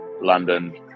London